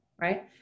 right